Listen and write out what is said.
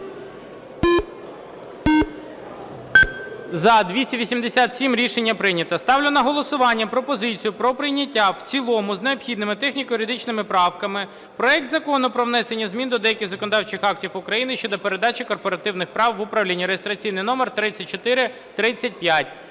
За-287 Рішення прийнято. Ставлю на голосування пропозицію про прийняття в цілому з необхідними техніко-юридичними правками проект Закону про внесення змін до деяких законодавчих актів України щодо передачі корпоративних прав в управління (реєстраційний номер 3435).